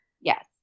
Yes